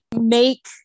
make